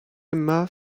emma